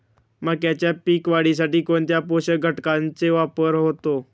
मक्याच्या पीक वाढीसाठी कोणत्या पोषक घटकांचे वापर होतो?